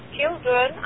children